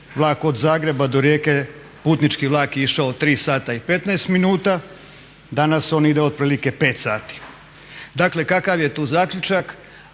vlak od Zagreba do Rijeke, putnički vlak je išao 3 sata i 15 minuta, danas on ide otprilike 5 sati. Dakle, kakav je tu zaključak?